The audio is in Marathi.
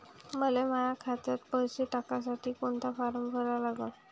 मले माह्या खात्यात पैसे टाकासाठी कोंता फारम भरा लागन?